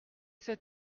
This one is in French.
c’est